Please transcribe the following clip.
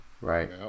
Right